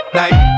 night